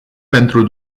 pentru